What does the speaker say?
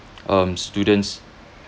um students